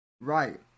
Right